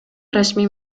расмий